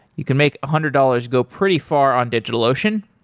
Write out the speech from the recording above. you can make a hundred dollars go pretty far on digitalocean.